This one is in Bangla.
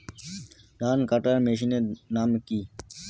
ধান কাটার মেশিনের নাম কি?